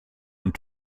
und